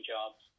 Jobs